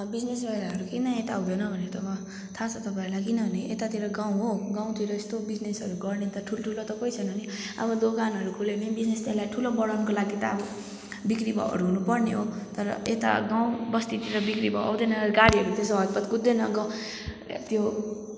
अब बिजिनेस गरेर हामी किन यता हुँदैन भनेर त अब थाहा छ तपाईँहरूलाई किनभने यतातिर गाँउ हो गाँउतिर यस्तो बिजिनेसहरू गर्ने त ठुल्ठुलो त कोहि छैन नि अब दोकानहरू खोल्यो भने पनि बिजिनेस यसलाई अब ठुलो बढाउनुको लागि त अब बिक्री भाउहरूहुनु पर्ने हो तर यता गाँउ बस्तीतिर बिक्री हुँदैन गाडीहरू त्यसतो हतपत कुद्दैन त्यो